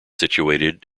situated